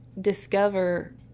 discover